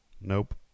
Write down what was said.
Nope